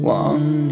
one